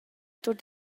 tut